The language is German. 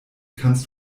kannst